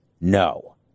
no